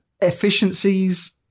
efficiencies